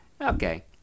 Okay